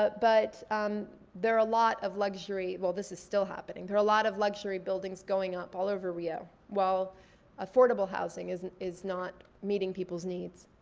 but um there are a lot of luxury, well this is still happening. there are a lot of luxury buildings going up all over rio while affordable housing is and is not meeting people's needs.